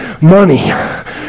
money